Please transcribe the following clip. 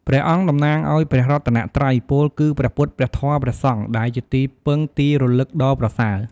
ព្រះអង្គតំណាងឲ្យព្រះរតនត្រ័យ ពោលគឺ ព្រះពុទ្ធ ព្រះធម៌ ព្រះសង្ឃ ដែលជាទីពឹងទីរលឹកដ៏ប្រសើរ។